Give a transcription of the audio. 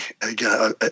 again